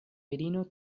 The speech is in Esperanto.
virino